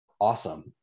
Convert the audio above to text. awesome